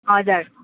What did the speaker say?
हजुर